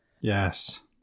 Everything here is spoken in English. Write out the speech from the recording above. Yes